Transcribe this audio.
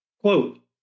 Quote